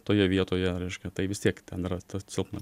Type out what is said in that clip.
toje vietoje reiškia tai vis tiek ten yra ta silpna